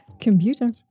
Computer